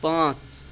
پانٛژھ